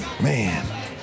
Man